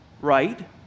right